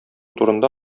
турында